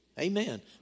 Amen